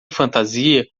fantasia